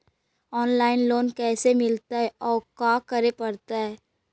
Online loan कैसे मिलतै औ का करे पड़तै?